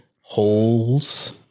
holes